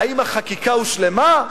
האם החקיקה הושלמה?